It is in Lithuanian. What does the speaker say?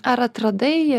ar atradai